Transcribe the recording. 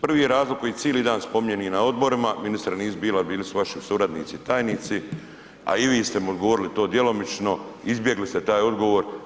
Prvi je razlog koji cijeli dan spominjem i na odborima, ministri nisu bili, bili su vaši suradnici tajnici, a i vi ste mi odgovorili to djelomično, izbjegli ste taj odgovor.